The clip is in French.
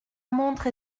montre